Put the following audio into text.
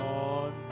on